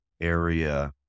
area